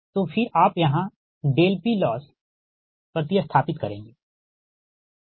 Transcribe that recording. तो फिर आप यहाँ PLoss प्रति स्थापित करेंगें